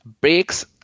breaks